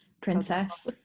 Princess